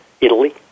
Italy